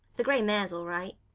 the grey mare's all right.